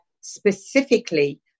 specifically